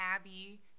Abby